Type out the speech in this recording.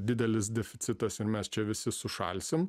didelis deficitas ir mes čia visi sušalsim